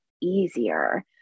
easier